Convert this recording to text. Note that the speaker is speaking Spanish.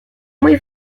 muy